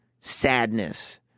sadness